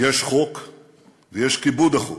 יש חוק ויש כיבוד החוק.